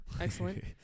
Excellent